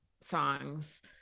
songs